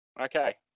Okay